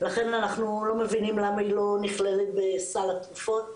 לכן אנחנו לא מבינים למה היא לא נכללת בסל התרופות.